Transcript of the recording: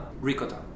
ricotta